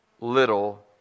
little